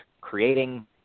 creating –